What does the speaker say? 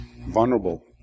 vulnerable